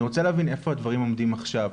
אני רוצה להבין איפה הדברים עומדים עכשיו,